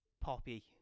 poppy